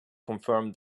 confirmed